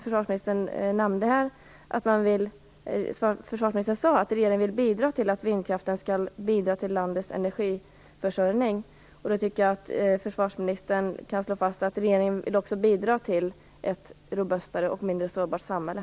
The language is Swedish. Försvarsministern sade här att regeringen vill bidra till att vindkraften skall ingå i landets energiförsörjning. Jag tycker att försvarsministern kan slå fast att regeringen också vill bidra till ett robustare och mindre sårbart samhälle.